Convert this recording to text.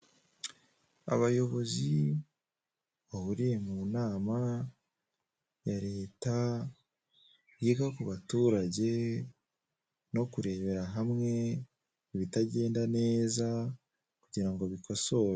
Abayobozi bahuriye mu nama ya leta yiga ku baturage no kurebera hamwe ibitagenda neza kugira ngo bikosore.